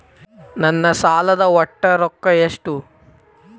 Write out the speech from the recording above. ನನ್ನ ಸಾಲದ ಒಟ್ಟ ರೊಕ್ಕ ಎಷ್ಟು?